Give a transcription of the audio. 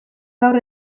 gaur